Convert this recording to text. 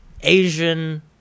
Asian